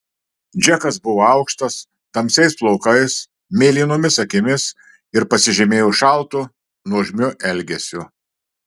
džekas buvo aukštas tamsiais plaukais mėlynomis akimis ir pasižymėjo šaltu nuožmiu elgesiu